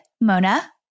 Mona